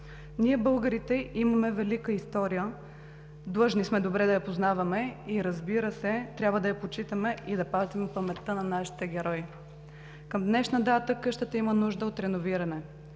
Ние, българите, имаме велика история – длъжни сме добре да я познаваме, трябва да я почитаме и да пазим паметта на нашите герои. Към днешна дата къщата има нужда от реновиране.